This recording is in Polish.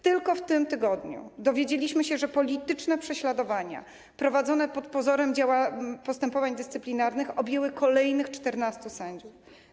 Tylko w tym tygodniu dowiedzieliśmy się, że polityczne prześladowania prowadzone pod pozorem postępowań dyscyplinarnych objęły kolejnych 14 sędziów.